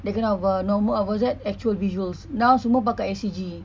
they kind of a normal what's that actual visuals now semua pakai I_C_G